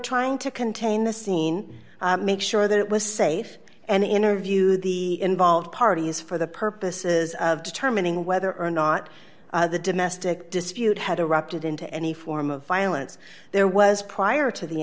trying to contain the scene make sure that it was safe and interview the involved parties for the purposes of determining whether or not the domestic dispute had erupted into any form of violence there was prior to the